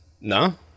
No